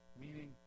Meaning